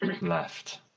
left